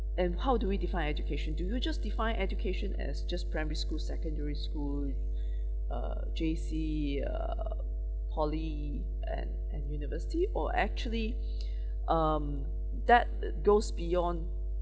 and how do we define education do you just define education as just primary school secondary school uh J_C uh poly and and university or actually um that uh those beyond